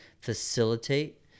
facilitate